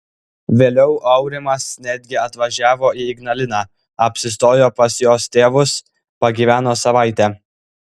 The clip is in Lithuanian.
vėliau aurimas netgi atvažiavo į ignaliną apsistojo pas jos tėvus pagyveno savaitę